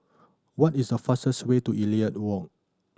what is the fastest way to Elliot Walk